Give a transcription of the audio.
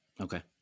Okay